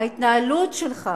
ההתנהלות שלך.